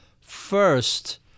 First